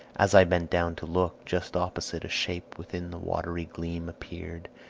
as i bent down to look, just opposite a shape within the watery gleam appeared,